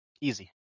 Easy